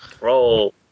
Roll